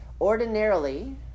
Ordinarily